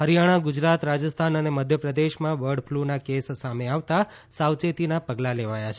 હરિયાણા ગુજરાત રાજસ્થાન અને મધ્યપ્રદેશમાં બર્ડ ફ્લુના કેસ સામે આવતા સાવચેતીના પગલાં લેવાયા છે